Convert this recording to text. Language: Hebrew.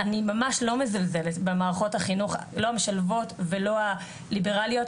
אני ממש לא מזלזלת במערכות החינוך לא המשלבות ולא הליברליות,